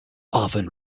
often